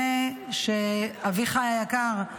אביחי היקר,